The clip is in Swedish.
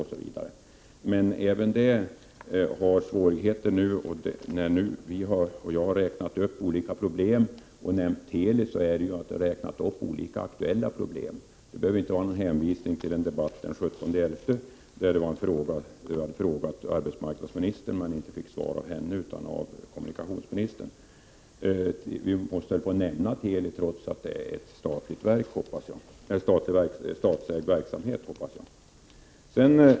Men även detta område har nu svårigheter. När vi har räknat upp olika problem och nämnt Teli har vi alltså räknat upp enbart aktuella problem. Vi behöver inte hänvisa till debatten den 17 november i en fråga som kommunikationsministern och inte arbetsmarknadsministern svarade på. Vi får väl nämna Teli trots att det är en statsägd verksamhet, hoppas jag!